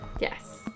yes